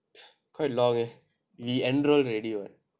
quite long leh we enrolled already [one]